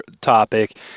topic